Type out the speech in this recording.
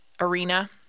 arena